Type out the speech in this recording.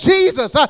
Jesus